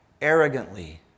arrogantly